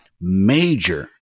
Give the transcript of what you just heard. major